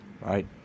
right